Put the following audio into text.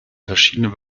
verschiedene